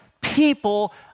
people